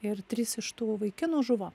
ir tris iš tų vaikinų žuvo